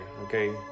okay